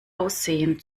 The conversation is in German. aussehen